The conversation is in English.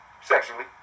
sexually